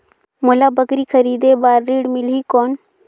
मोला बकरी खरीदे बार ऋण मिलही कौन?